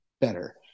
better